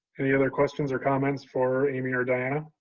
any other questions or comments for amy or diana?